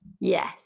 Yes